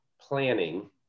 planning